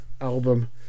album